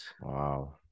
Wow